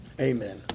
Amen